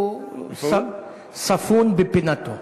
הוא ספון בפינתו.